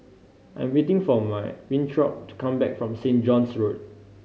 I am waiting for Winthrop to come back from Saint John's Road